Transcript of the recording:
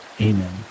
Amen